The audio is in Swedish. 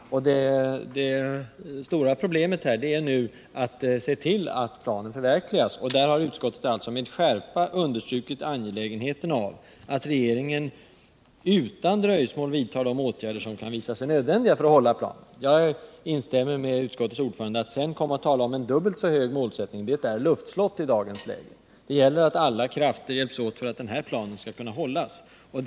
Den stora uppgiften är nu att se till att planen förverkligas. Utskottet har med skärpa understrukit nödvändigheten att regeringen utan dröjsmål vidtar de åtgärder som kan visa sig nödvändiga för att genomföra planen. Att i dag tala om en dubbelt så hög målsättning, är i dagens läge detsamma som att bygga luftslott. På den punkten instämmer jag med utskottets ordförande. Vad det nu gäller är att alla krafter måste hjälpas åt för att planen skall kunna förverkligas.